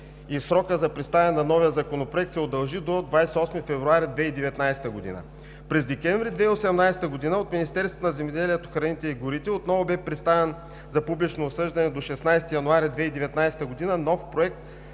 за представяне на новия законопроект се удължи до 28 февруари 2019 г. През месец декември 2018 г. от Министерството на земеделието, храните и горите отново бе представен за публично обсъждане до 16 януари 2019 г. нов законопроект